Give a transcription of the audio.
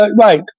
right